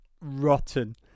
rotten